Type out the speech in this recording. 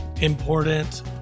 important